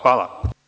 Hvala.